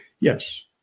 yes